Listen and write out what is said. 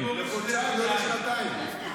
לחודשיים, לא לשנתיים.